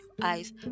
eyes